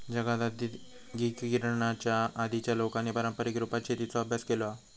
जगात आद्यिगिकीकरणाच्या आधीच्या लोकांनी पारंपारीक रुपात शेतीचो अभ्यास केलो हा